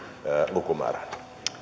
lukumäärään